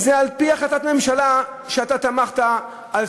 זה על-פי החלטת ממשלה שאתה תמכת בה,